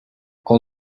all